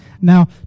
Now